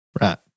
Right